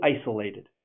isolated